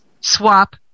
swap